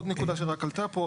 עוד נקודה שרק עלתה פה.